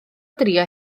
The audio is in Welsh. drio